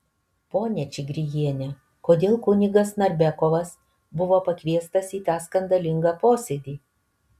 ponia čigriejiene kodėl kunigas narbekovas buvo pakviestas į tą skandalingą posėdį